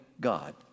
God